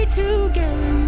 together